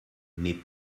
mais